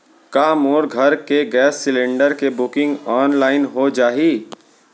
का मोर घर के गैस सिलेंडर के बुकिंग ऑनलाइन हो जाही?